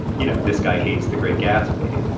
you know this guy hates the great gatsby.